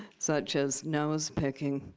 such as nose-picking.